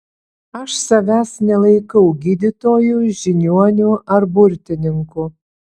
aš savęs nelaikau gydytoju žiniuoniu ar burtininku